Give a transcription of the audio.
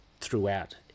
throughout